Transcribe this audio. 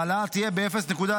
ההעלאה תהיה ב-0.135%,